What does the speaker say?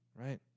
right